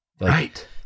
Right